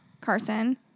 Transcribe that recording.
Carson